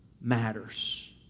matters